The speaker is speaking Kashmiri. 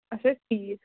اَچھا ٹھیٖک